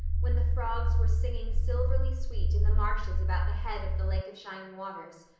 when the frogs were singing silverly sweet in the marshes about the head of the lake of shining waters,